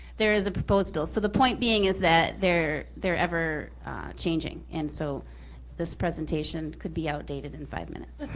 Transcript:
there is a proposed bill. so the point being is that they're they're ever changing, and so this presentation could be outdated in five minutes.